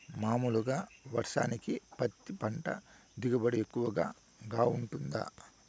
మామూలుగా వర్షానికి పత్తి పంట దిగుబడి ఎక్కువగా గా వుంటుందా?